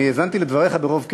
האזנתי לדבריך ברוב קשב,